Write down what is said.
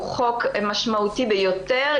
הוא חוק משמעותי ביותר.